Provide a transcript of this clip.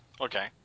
Okay